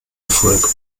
erfolg